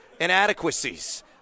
inadequacies